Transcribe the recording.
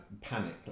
panic